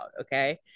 Okay